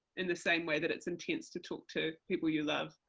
in the same way that it's intense to talk to people you love,